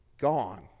gone